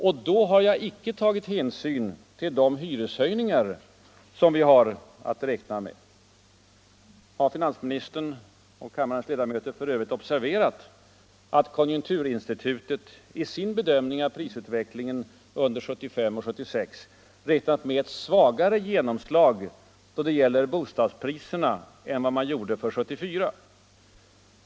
Och då har jag inte tagit hänsyn till de hyreshöjningar som vi har att räkna med. Har finansministern och kammarens ledamöter f. ö. observerat att konjunkturinstitutet i sin bedömning av prisutvecklingen under 1975 och 1976 räknat med ett svagare genomslag då det gäller bostadspriserna än för 1974?